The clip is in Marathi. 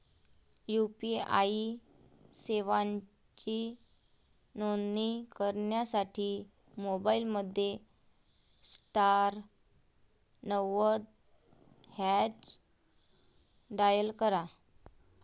यू.पी.आई सेवांची नोंदणी करण्यासाठी मोबाईलमध्ये स्टार नव्वद हॅच डायल करा